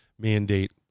Mandate